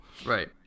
Right